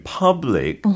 public